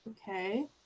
okay